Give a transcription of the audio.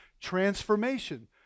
transformation